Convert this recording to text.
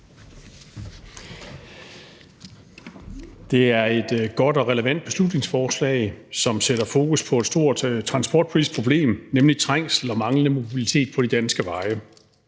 Det er et godt og relevant beslutningsforslag, som sætter fokus på et stort transportpolitisk problem, nemlig trængsel og manglende mobilitet på de danske veje.